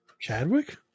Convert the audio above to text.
Chadwick